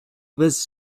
was